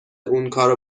اونکارو